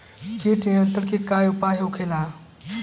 कीट नियंत्रण के का उपाय होखेला?